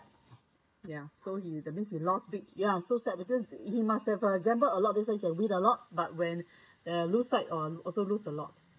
ya so he that means he lost week ya so sad because he must have a gambled a lot of difference you win a lot but when ah the lose side on also lose a lot